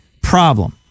problem